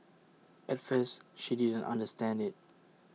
at first she didn't understand IT